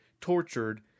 tortured